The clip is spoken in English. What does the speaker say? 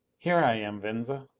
here i am, venza.